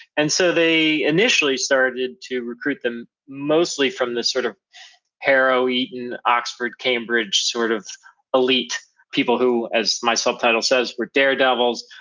and so they initially started to recruit them mostly from the sort of harrow, eaton, oxford, cambridge sort of elite people, as my subtitle says, were daredevils,